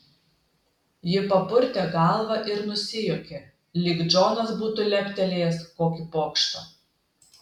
ji papurtė galvą ir nusijuokė lyg džonas būtų leptelėjęs kokį pokštą